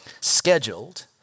scheduled